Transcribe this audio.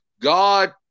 God